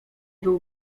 był